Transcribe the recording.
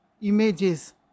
Images